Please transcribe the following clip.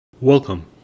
Welcome